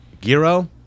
Giro